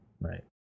right